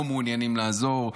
לא מעוניינים לעזור.